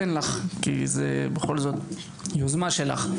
כי זו בכל זאת יוזמה שלך,